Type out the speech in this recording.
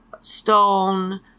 stone